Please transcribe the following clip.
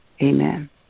Amen